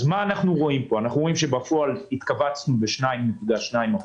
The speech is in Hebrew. אנחנו רואים שבפועל התכווצנו ב-2.2%.